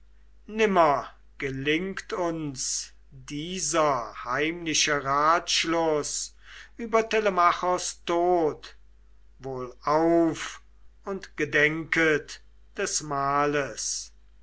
nimmer gelingt uns dieser heimliche ratschluß über telemachos tod wohlauf und gedenket des mahles